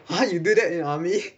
why you do that in army